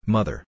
Mother